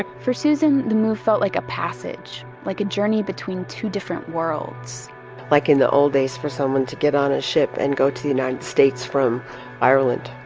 ah for susan, the move felt like a passage, like a journey between two different worlds like in the old days, for someone to get on a ship and go to the united states from ireland.